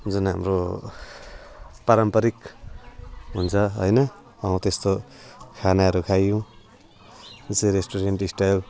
जुन हाम्रो पारम्परिक हुन्छ होइन हौ त्यस्तो खानाहरू खायौँ जस्तै रेस्टुरेन्ट स्टाइल